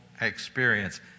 experience